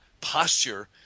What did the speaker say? posture